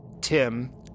Tim